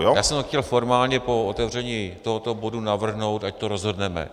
Já jsem chtěl formálně po otevření tohoto bodu navrhnout, ať to rozhodneme.